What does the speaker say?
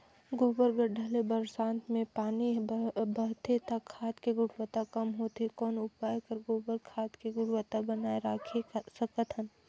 गोबर गढ्ढा ले बरसात मे पानी बहथे त खाद के गुणवत्ता कम होथे कौन उपाय कर गोबर खाद के गुणवत्ता बनाय राखे सकत हन?